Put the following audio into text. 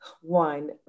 one